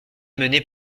menée